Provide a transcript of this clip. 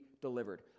delivered